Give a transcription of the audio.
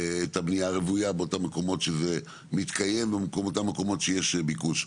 הבנייה הרוויה באותם מקומות שזה מתקיים ובאותם מקומות שיש ביקוש,